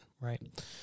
Right